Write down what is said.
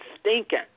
stinking